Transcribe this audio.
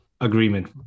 agreement